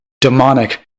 demonic